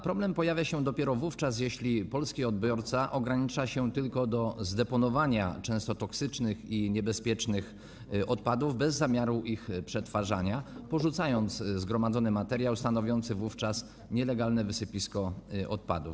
Problem pojawia się dopiero wówczas, gdy polski odbiorca ogranicza się tylko do zdeponowania często toksycznych i niebezpiecznych odpadów bez zamiaru ich przetwarzania i porzuca zgromadzony materiał, który stanowi wówczas nielegalne wysypisko odpadów.